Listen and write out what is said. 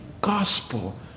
gospel